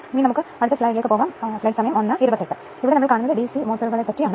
ഈ രീതിയിൽ ട്രാൻസ്ഫോർമർ ചില കെവിഎയും അത് പ്രവർത്തിക്കുന്ന കെവിഎയും റേറ്റുചെയ്തിട്ടുണ്ടെന്ന് കരുതുക